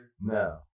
No